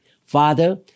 Father